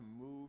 move